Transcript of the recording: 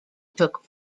took